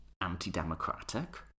anti-democratic